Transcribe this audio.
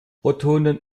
protonen